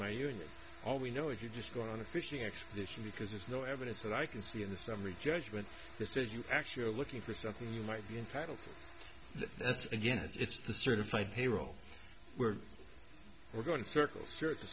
my union all we know if you just go on a fishing expedition because there's no evidence that i can see in the summary judgment this is you actually are looking for something you might be entitled that's again it's the certified payroll we're we're going to circle jer